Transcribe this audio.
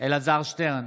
אלעזר שטרן,